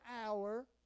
hour